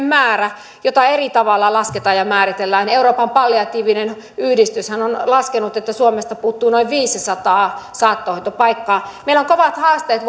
määrä sitä eri tavoin lasketaan ja määritellään euroopan palliatiivinen yhdistyshän on laskenut että suomesta puuttuu noin viisisataa saattohoitopaikkaa meillä on kovat haasteet